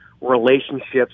relationships